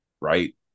Right